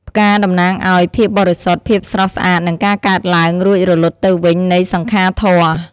ផ្កា តំណាងឱ្យ ភាពបរិសុទ្ធ ភាពស្រស់ស្អាត និងការកើតឡើង រួចរលត់ទៅវិញនៃសង្ខារធម៌។